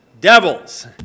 Devils